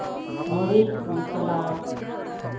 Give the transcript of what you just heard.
ᱢᱟᱹᱨᱤᱪ ᱢᱚᱥᱞᱟ